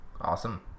awesome